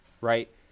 right